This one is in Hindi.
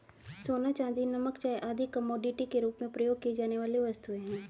सोना, चांदी, नमक, चाय आदि कमोडिटी के रूप में प्रयोग की जाने वाली वस्तुएँ हैं